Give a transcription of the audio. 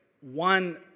one